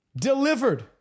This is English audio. delivered